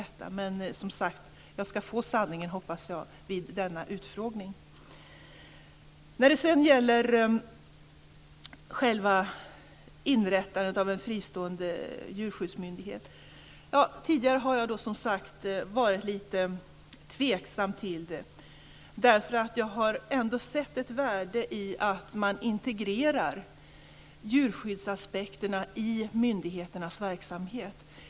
Jag hoppas att jag vid denna utfrågning nu ska få sanningen. När det gäller inrättandet av en fristående djurskyddsmyndighet har jag tidigare, som sagt, varit lite tveksam. Jag har sett ett värde i att man integrerar djurskyddsaspekterna i myndigheternas verksamhet.